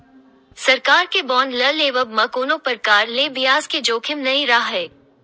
सरकार के बांड ल लेवब म कोनो परकार ले बियाज के जोखिम नइ राहय